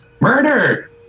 Murder